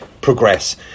progress